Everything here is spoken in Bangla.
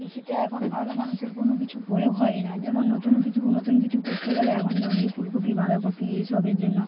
কৃষিতে এখন ভালো মানুষের কোনও কিছু প্রয়োগ হয় না যেমন নতুন কিছু নতুন কিছু করতে গেলে এখন যেমন এই ফুলকপি বাঁধাকপি এইসবের জন্য